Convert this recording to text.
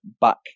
back